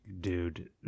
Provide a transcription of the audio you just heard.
dude